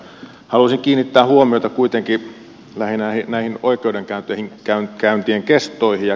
halusin kiinnittää huomiota kuitenkin lähinnä näihin oikeudenkäyntien kestoihin ja käsittelyaikoihin